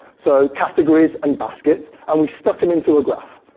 so categories and baskets, and we stuck them into a graph.